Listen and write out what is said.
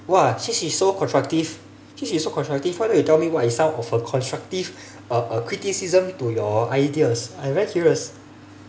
!wah! since she's so constructive since she's so constructive why not you tell me what is some of her constructive uh uh criticism to your ideas I am very curious